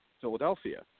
Philadelphia